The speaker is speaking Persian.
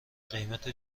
قیمت